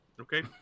Okay